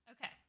Okay